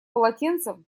полотенцем